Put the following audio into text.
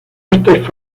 estos